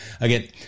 again